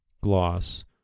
Gloss